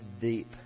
deep